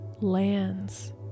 lands